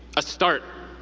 a start.